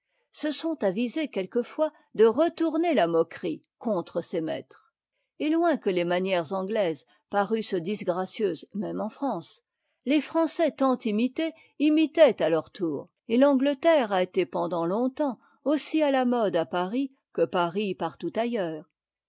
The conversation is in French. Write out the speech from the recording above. se sont avisés quelquefois de retourner la moquerie contre ses maîtres et loin que les manières anglaises parussent disgracieuses même en france les français tant imités imitaient à leur tour et l'angleterre a été pendant longtemps aussi à la mode à paris que paris partout ailleurs